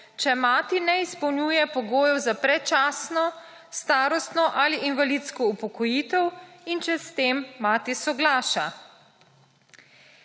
če mati ne izpolnjuje pogojev za predčasno, starostno ali invalidsko upokojitev in če s tem mati soglaša.